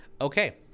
Okay